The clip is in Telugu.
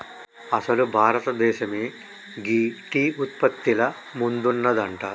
అసలు భారతదేసమే గీ టీ ఉత్పత్తిల ముందున్నదంట